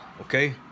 Okay